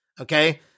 okay